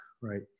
right